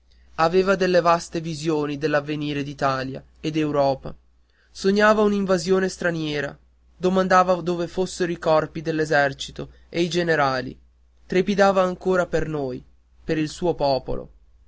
aveva delle vaste visioni dell'avvenire d'italia e d'europa sognava un'invasione straniera domandava dove fossero i corpi dell'esercito e i generali trepidava ancora per noi per il suo popolo